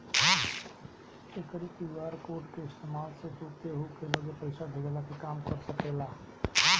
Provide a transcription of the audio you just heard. एकरी QR code के इस्तेमाल से तू केहू के लगे पईसा भेजला के काम कर सकेला